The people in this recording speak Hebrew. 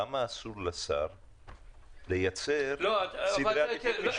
למה אסור לשר לייצר סדרי עדיפות משלו?